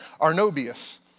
Arnobius